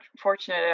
fortunate